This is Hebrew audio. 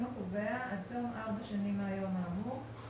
הקובע עד תום ארבע שנים מהיום האמור.